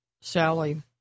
Sally